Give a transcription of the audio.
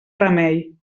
remei